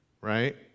right